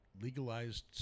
legalized